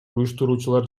уюштуруучулар